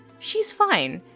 she's fine.